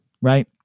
right